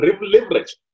leverage